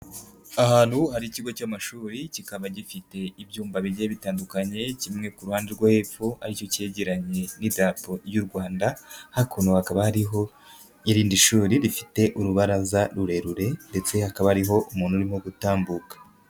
Ahantu hari ikigo cy'amashuri, kikaba gifite ibyumba bigiye bitandukanye, kimwe ku ruhande rwo hepfo, aricyo cyegeranranye n'indapo y'u Rwanda, hakuno hakaba hariho irindi shuri, rifite urubaraza rurerure ndetse hakaba hariho umuntu urimo gutambuka.